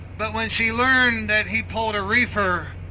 but when she learned that he pulled a reefer,